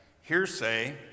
hearsay